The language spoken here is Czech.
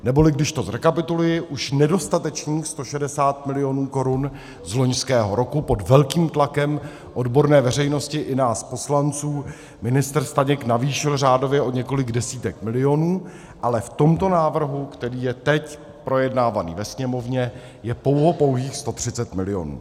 Neboli když to zrekapituluji, už nedostatečných 160 milionů korun z loňského roku pod velkým tlakem odborné veřejnosti i nás poslanců ministr Staněk navýšil řádově o několik desítek milionů, ale v tomto návrhu, který je teď projednáván ve Sněmovně, je pouhopouhých 130 milionů.